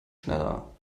schneller